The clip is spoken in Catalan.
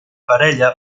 parella